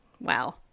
wow